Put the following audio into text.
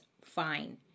fine